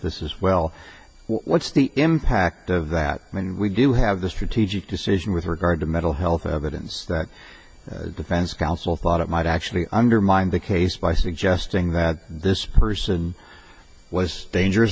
this is well what's the impact of that and we do have the strategic decision with regard to mental health evidence that defense counsel thought it might actually undermine the case by suggesting that this person was danger